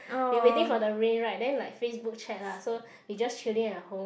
we waiting for the rain right then like FaceBook chat lah so we just chilling at home